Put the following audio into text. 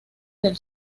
del